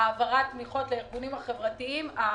העברת תמיכות לארגונים החברתיים,